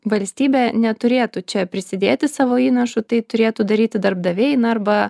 valstybė neturėtų čia prisidėti savo įnašu tai turėtų daryti darbdaviai na arba